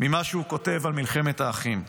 ממה שהוא כותב על מלחמת האחים: